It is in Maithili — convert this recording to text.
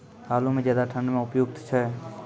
आलू म ज्यादा ठंड म उपयुक्त छै?